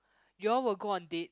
you all will go on date